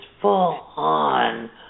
full-on